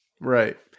Right